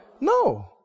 No